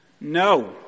No